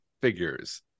figures